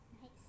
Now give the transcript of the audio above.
Nice